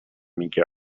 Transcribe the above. میگه